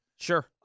Sure